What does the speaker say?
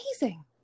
amazing